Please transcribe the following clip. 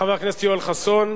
חבר הכנסת יואל חסון.